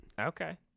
Okay